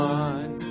one